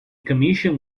commission